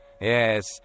Yes